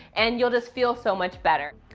and you'll just feel so much better.